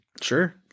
sure